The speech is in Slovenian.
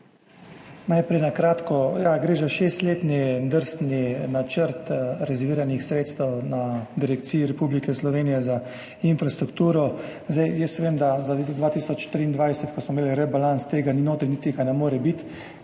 Najprej na kratko. Gre za šestletni drsni načrt rezerviranih sredstev na Direkciji Republike Slovenije za infrastrukturo. Jaz vem, da za leto 2023, ko smo imeli rebalans, tega ni notri, niti ga ne more biti,